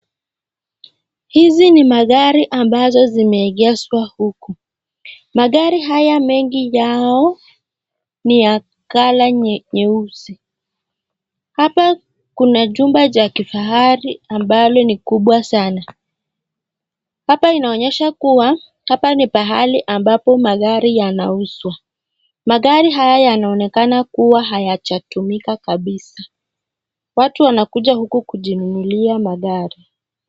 Hizi ni magari ambazo zimeegeshwa huku. Magari haya mengi yao ni ya color nyeusi. Hapa kuna chumba cha kifahari ambalo ni kubwa sana. Hapa inaonyesha kuwa hapa ni pahali ambapo magari yanauzwa. Magari haya yanaonekana kuwa hayajatumika kabisa. Watu wanakuja huku kujinunulia magari.